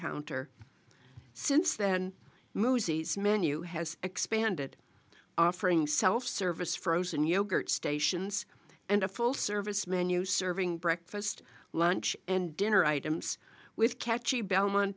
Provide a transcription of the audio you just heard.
counter since then movies menu has expanded offering self service frozen yogurt stations and a full service menu serving breakfast lunch and dinner items with catchy bel